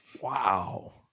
Wow